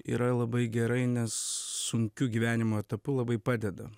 yra labai gerai nes sunkiu gyvenimo etapu labai padeda